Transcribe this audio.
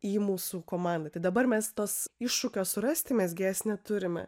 į mūsų komandą tai dabar mes tos iššūkio surasti mezgėjas neturime